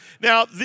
Now